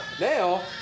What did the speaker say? Now